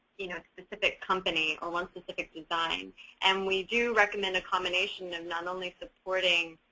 you know, specific company or one specific design and we do recommend a combination and not only supporting,